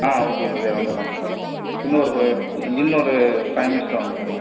ஆ okay okay இதே வந்துடும் இன்னொரு ஃப இன்னொரு ஃபைவ் மினிட்ஸில் வந்துடும்